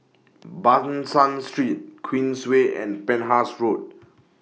Ban San Street Queensway and Penhas Road